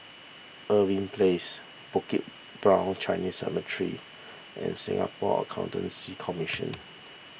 Irving Place Bukit Brown Chinese Cemetery and Singapore Accountancy Commission